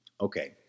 Okay